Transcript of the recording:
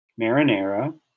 marinara